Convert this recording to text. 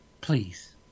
Please